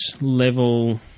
level